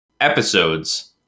episodes